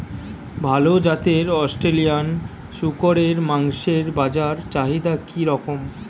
ভাল জাতের অস্ট্রেলিয়ান শূকরের মাংসের বাজার চাহিদা কি রকম?